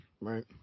right